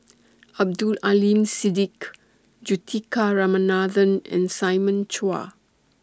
Abdul Aleem Siddique Juthika Ramanathan and Simon Chua